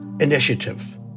initiative